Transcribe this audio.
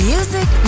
Music